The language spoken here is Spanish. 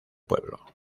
pueblo